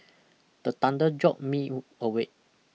the thunder jolt me awake